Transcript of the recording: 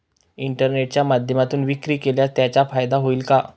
इंटरनेटच्या माध्यमातून विक्री केल्यास त्याचा फायदा होईल का?